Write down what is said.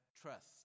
trust